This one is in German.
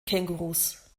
kängurus